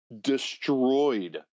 destroyed